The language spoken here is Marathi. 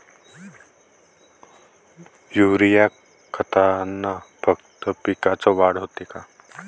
युरीया खतानं फक्त पिकाची वाढच होते का?